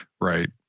Right